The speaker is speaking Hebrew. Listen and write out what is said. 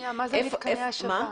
מה זה מתקני השבה?